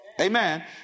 Amen